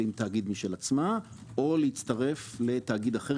תאגיד משל עצמה או להצטרף לתאגיד אחר.